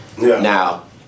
Now